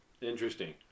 interesting